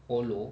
hollow